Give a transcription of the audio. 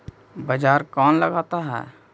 बाजार कौन लगाता है?